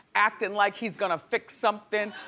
actin' like he's gonna fix something,